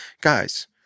Guys